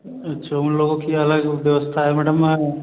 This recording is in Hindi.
अच्छा उन लोगों की अलग व्यवस्था है मैडम